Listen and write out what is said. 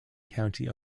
county